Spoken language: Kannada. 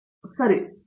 ಆರ್ ಚಕ್ರವರ್ತಿ ನಿಖರವಾಗಿ